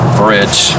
bridge